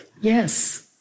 yes